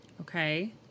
Okay